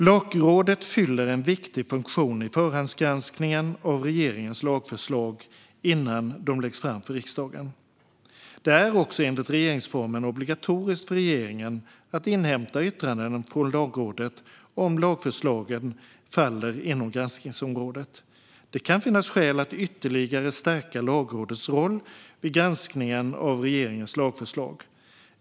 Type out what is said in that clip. "Lagrådet fyller en viktig funktion i förhandsgranskningen av regeringens lagförslag innan de läggs fram för riksdagen. Det är också enligt regeringsformen obligatoriskt för regeringen att inhämta yttrande från Lagrådet om lagförslagen faller inom granskningsområdet. Det kan finnas skäl att ytterligare stärka Lagrådets roll vid granskningen av regeringens lagförslag.